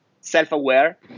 self-aware